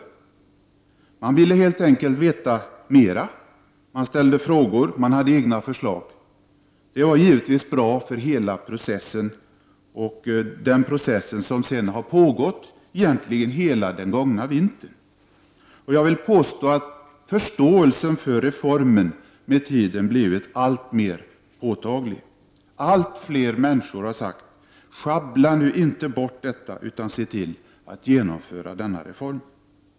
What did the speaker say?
Människor ville helt enkelt veta mera. Man ställde frågor och kom även med egna förslag. Givetvis har detta varit bra för hela processen — en process som egentligen pågick hela senaste vintern. Jag vill påstå att förståelsen för reformen med tiden har blivit alltmer på taglig. Det har blivit allt fler människor som säger: Sjabbla nu inte bort detta, utan se till att reformen genomförs!